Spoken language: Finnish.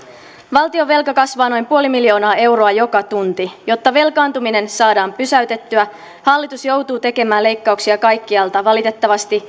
valtionvelka kasvaa noin puoli miljoonaa euroa joka tunti jotta velkaantuminen saadaan pysäytettyä hallitus joutuu tekemään leikkauksia kaikkialta valitettavasti